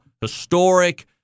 historic